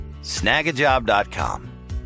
Snagajob.com